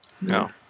No